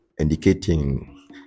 indicating